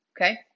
Okay